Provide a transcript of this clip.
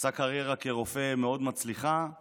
עשה קריירה מאוד מצליחה כרופא,